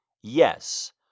Yes